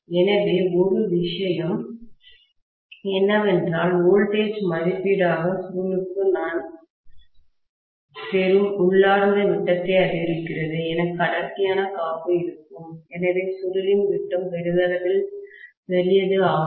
எனவே ஒரு விஷயம் என்னவென்றால் வோல்டேஜ் மதிப்பீட்டாக சுருளுக்கு நான் பெறும் உள்ளார்ந்த விட்டத்தை அதிகரிக்கிறது எனக்கு அடர்த்தியான காப்பு இருக்கும் எனவே சுருளின் விட்டம் பெரிதளவில் பெரியது ஆகும்